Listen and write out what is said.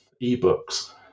e-books